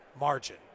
margin